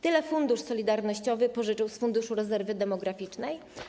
Tyle Fundusz Solidarnościowy pożyczył z Funduszu Rezerwy Demograficznej?